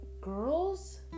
girls